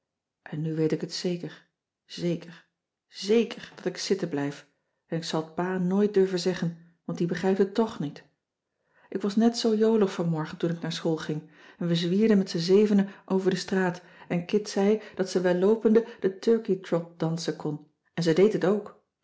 en nu weet ik het zeker zeker zèker dat ik zitten blijf en ik zal t pa nooit durven zeggen want die begrijpt het toch niet ik was net zoo jolig vanmorgen toen ik naar school ging en we zwierden met z'n zevenen over de straat en kit zei dat ze wel loopende de turkey trot dansen kon en ze deed het ook